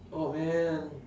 oh man